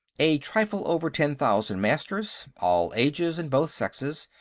a trifle over ten thousand masters, all ages and both sexes.